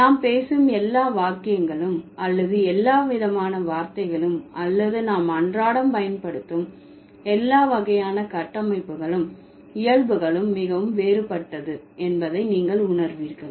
நாம் பேசும் எல்லா வாக்கியங்களும் அல்லது எல்லா விதமான வார்த்தைகளும் அல்லது நாம் அன்றாடம் பயன்படுத்தும் எல்லா வகையான கட்டமைப்புகளும் இயல்புகளும் மிகவும் வேறுபட்டது என்பதை நீங்கள் உணர்வீர்கள்